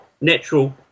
natural